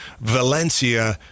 Valencia